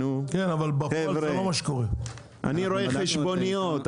אני רואה חשבוניות.